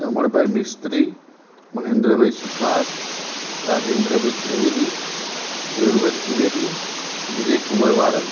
Ramanbhai Mistry Mahendrabhai Suthar Rajendrabhai Trivedi Keyurbhai Trivedi Vijaykumar Vanand